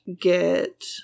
get